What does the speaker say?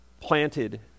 planted